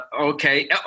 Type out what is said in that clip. Okay